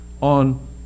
on